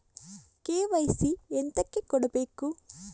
KYC ಎಂತಕೆ ಕೊಡ್ಬೇಕು?